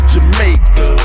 Jamaica